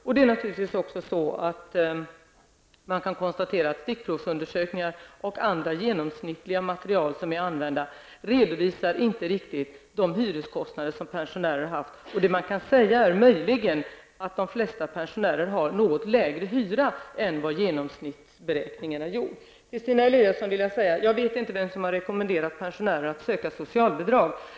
Man kan naturligtvis också konstatera att stickprovsundersökningar och andra genomsnittliga material som har använts inte riktigt redovisar de hyreskostnader som pensionärer haft. Vad man kan säga är möjligen att de flesta pensionärer har något lägre hyra än vad genomsnittsberäkningen visar. Till Stina Eliasson vill jag säga: Jag vet inte vem som har rekommenderat pensionärer att söka socialbidrag.